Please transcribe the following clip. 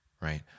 right